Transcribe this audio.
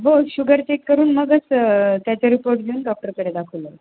हो sugar check करून मगंच त्याचा रिपोर्ट घेऊन डॉक्टरकडे दाखवलं